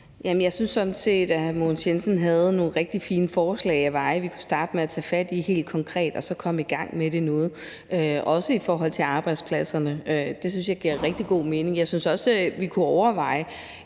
set, at hr. Mogens Jensen havde nogle rigtig fine forslag, vi kunne starte med at tage fat i helt konkret og komme i gang med nu, også i forhold til arbejdspladserne. Det synes jeg giver rigtig god mening. Jeg synes også, vi kunne overveje,